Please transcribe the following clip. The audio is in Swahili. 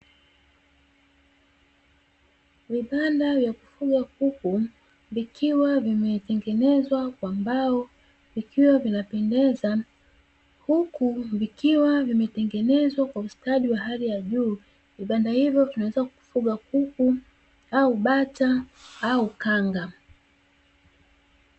Vibanda vya kufuga kuku vikiwa vimetengenezwa kwa mbao na meza huku vikiwa vimetengenezwa kwa ustadi wa hali ya juu vibanda hivyo vinaweza kufuga kuku au bata au kanga.